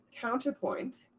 counterpoint